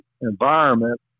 environment